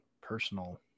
personal